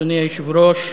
אדוני היושב-ראש,